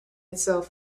itself